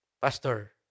Pastor